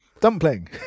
Dumpling